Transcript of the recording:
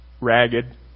ragged